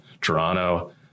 Toronto